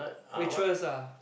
waitress ah